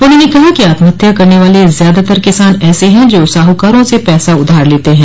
उन्होंने कहा कि आत्महत्या करने वाले ज्यादातर किसान ऐसे हैं जो साहूकारों से पैसा उधार लेते हैं